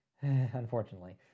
unfortunately